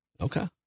Okay